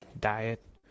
diet